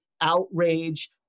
outrage